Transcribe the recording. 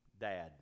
dad